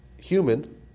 human